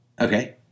Okay